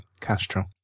Castro